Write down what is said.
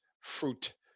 fruit